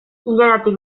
ilaratik